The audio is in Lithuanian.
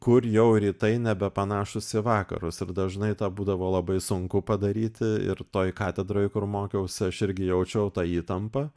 kur jau rytai nebepanašūs į vakarus ir dažnai tą būdavo labai sunku padaryti ir toj katedroj kur mokiausi aš irgi jaučiau tą įtampą